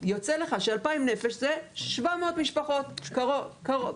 יוצא לך ש-2,000 נפש זה 700 משפחות בקירוב.